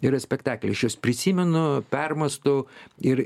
yra spektakliai aš juos prisimenu permąstau ir